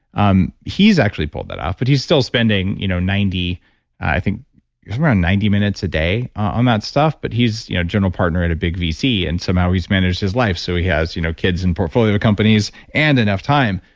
um he's actually pulled that off. but he's still spending, you know i think it's around ninety minutes a day on that stuff, but he's you know general partnered a big vc and somehow he's managed his life. so he has you know kids and portfolio companies and enough time.